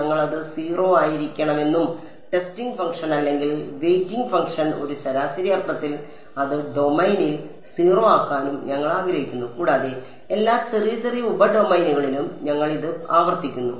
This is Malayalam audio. ഞങ്ങൾ അത് 0 ആയിരിക്കണമെന്നും ടെസ്റ്റിംഗ് ഫംഗ്ഷൻ അല്ലെങ്കിൽ വെയ്റ്റിംഗ് ഫംഗ്ഷൻ ഒരു ശരാശരി അർത്ഥത്തിൽ അത് ഡൊമെയ്നിൽ 0 ആക്കാനും ഞങ്ങൾ ആഗ്രഹിക്കുന്നു കൂടാതെ എല്ലാ ചെറിയ ചെറിയ ഉപ ഡൊമെയ്നുകളിലും ഞങ്ങൾ ഇത് ആവർത്തിക്കുന്നു